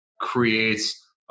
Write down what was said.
creates